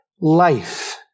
life